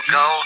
go